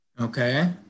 Okay